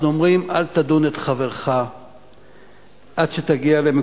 אנחנו אומרים: אל תדון את חברך עד שתגיע למקומו.